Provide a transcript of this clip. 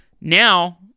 Now